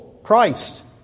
Christ